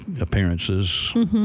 appearances